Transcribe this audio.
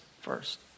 first